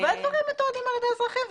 הרבה דברים מתועדים על ידי אזרחים,